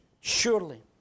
surely